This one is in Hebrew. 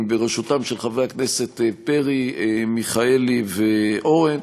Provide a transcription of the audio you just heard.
בראשותם של חברי הכנסת פרי, מיכאלי ואורן.